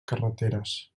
carreteres